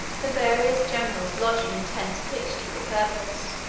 the various generals lodging in tents pitched for the purpose.